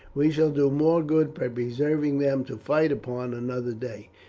we shall do more good by preserving them to fight upon another day.